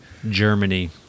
Germany